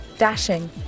Dashing